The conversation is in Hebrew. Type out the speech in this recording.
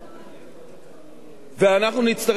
ואנחנו נצטרך לקבל החלטות קשות.